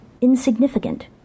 insignificant